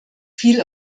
viel